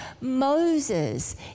Moses